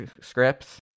scripts